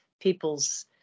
people's